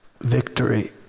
victory